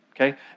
Okay